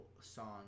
song